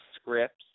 scripts